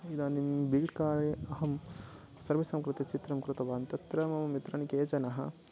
इदानीं बिल्टकारे अहं सर्वेषां कृते चित्रं कृतवान् तत्र मम मित्रणि केचन